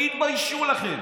"תתביישו לכם.